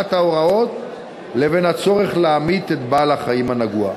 ההוראות לבין הצורך להמית את בעל-החיים הנגוע.